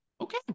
Okay